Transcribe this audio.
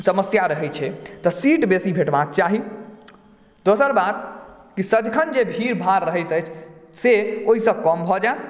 समस्या रहय छै तऽ सीट बेसी भेटबाक चाही दोसर बात सदखिन जे भीड़ भाड़ रहैत अछि से ओहिसँ कम भऽ जायत